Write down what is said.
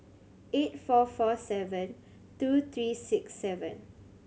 eight four four seven two three six seven